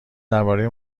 درباره